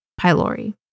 pylori